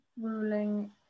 ruling